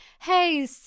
hey